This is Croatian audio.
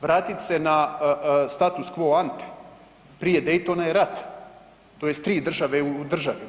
Vratit se na status quo ante, prije Daytona je rat, tj. tri države u državi.